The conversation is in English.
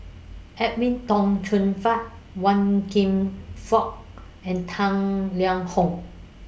Edwin Tong Chun Fai Wan Kam Fook and Tang Liang Hong